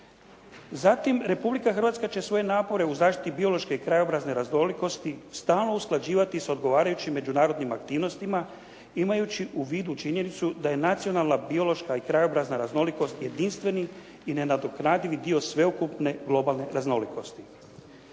Zatim, Republika Hrvatska će svoje napore u zaštiti biološke i krajobrazne raznolikosti stalno usklađivati s odgovarajućim međunarodnim aktivnostima imajući u vidu činjenicu da je nacionalna biološka i krajobrazna raznolikost jedinstveni i nenadoknadivi dio sveukupne globalne raznolikosti.